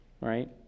right